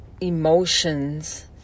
emotions